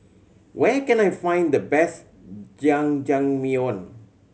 where can I find the best Jajangmyeon